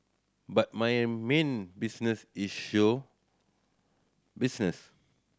but my main business is show business